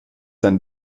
dann